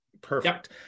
Perfect